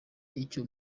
icyo